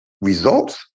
results